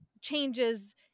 changes